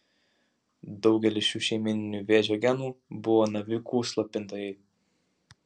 daugelis šių šeiminių vėžio genų buvo navikų slopintojai